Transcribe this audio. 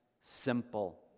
simple